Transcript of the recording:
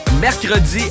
Mercredi